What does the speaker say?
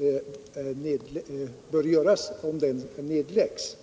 läggs ned — vilket vi anser bör ske.